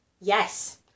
Yes